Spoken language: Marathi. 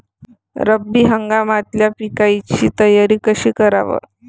रब्बी हंगामातल्या पिकाइची तयारी कशी कराव?